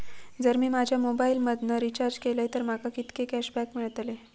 जर मी माझ्या मोबाईल मधन रिचार्ज केलय तर माका कितके कॅशबॅक मेळतले?